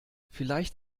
vielleicht